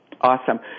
Awesome